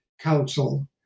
Council